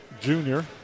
junior